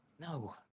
No